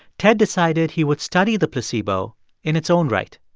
ted decided he would study the placebo in its own right.